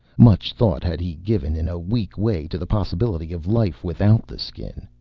much thought had he given, in a weak way, to the possibility of life without the skin.